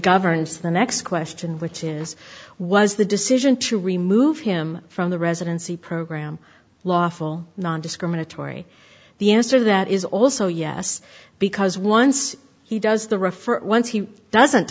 governance the next question which is was the decision to remove him from the residency program lawful nondiscriminatory the answer to that is also yes because once he does the refer once he doesn't